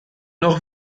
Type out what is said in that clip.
noch